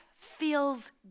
feels